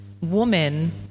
woman